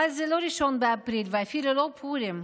אבל זה לא 1 באפריל ואפילו לא פורים.